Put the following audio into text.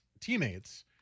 teammates